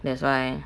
that's why